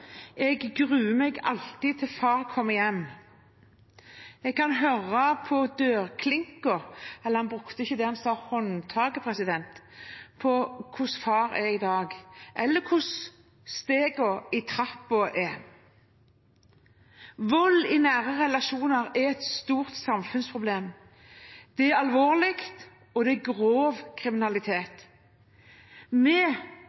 Jeg gruer meg alltid til far kommer hjem, jeg kan høre på dørklinka – han brukte ikke det ordet, han sa håndtaket – eller på stegene i trappen hvordan far er i dag. Vold i nære relasjoner er et stort samfunnsproblem. Det er alvorlig, og det er grov